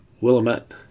Willamette